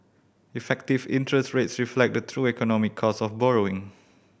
effective interest rates reflect the true economic cost of borrowing